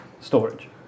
storage